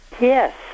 Yes